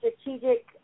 strategic